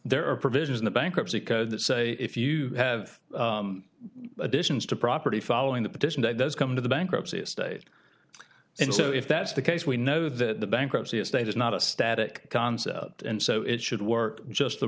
there are provisions in the bankruptcy code that say if you have additions to property following the petition that does come to the bankruptcy estate and so if that's the case we know that the bankruptcy estate is not a static concept and so it should work just the